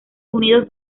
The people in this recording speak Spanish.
unidos